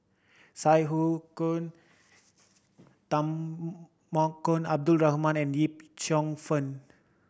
Sai Hu Temaggong Abdul Rahman and Yip Cheong Fen